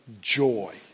joy